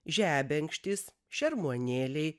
žebenkštys šermuonėliai